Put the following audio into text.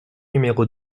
numéro